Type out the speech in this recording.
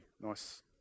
nice